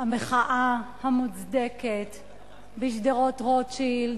המחאה המוצדקת בשדרות-רוטשילד,